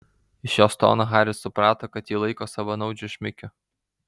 iš jos tono haris suprato kad jį laiko savanaudžiu šmikiu